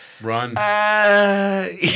Run